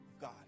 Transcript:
God